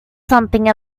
something